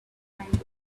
language